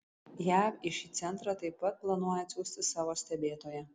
jav į šį centrą taip pat planuoja atsiųsti savo stebėtoją